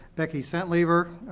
becky centlivre,